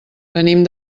venim